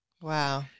Wow